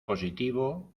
positivo